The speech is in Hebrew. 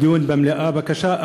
דיון במליאה בבקשה.